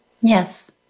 Yes